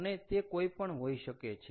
અને તે કોઈ પણ હોઈ શકે છે